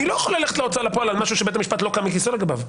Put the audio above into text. אני לא יכול ללכת להוצאה לפועל על משהו שבית המשפט לא קם מכיסאו לגביו.